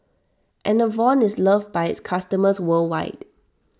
Enervon is loved by its customers worldwide